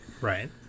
Right